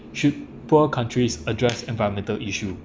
should poor countries address environmental issue